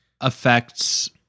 affects